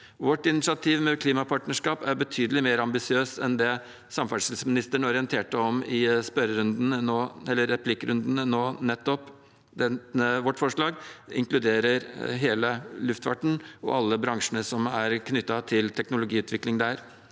Vårt initiativ med klimapartnerskap er betydelig mer ambisiøst enn det samferdselsministeren orienterte om i replikkrunden nå nettopp. Vårt forslag inkluderer hele luftfarten og alle bransjene som er knyttet til teknologiutvikling der.